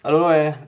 I don't know leh